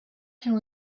can